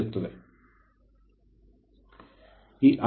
ಆಗಿರುತ್ತದೆ